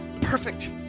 Perfect